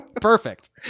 Perfect